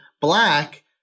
black